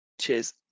Cheers